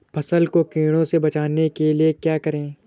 फसल को कीड़ों से बचाने के लिए क्या करें?